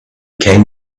came